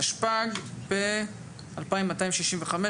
תשפ"ג-2023 (פ/2265/25),